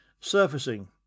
Surfacing